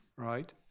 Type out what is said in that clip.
Right